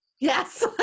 Yes